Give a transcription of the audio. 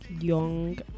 young